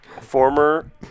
Former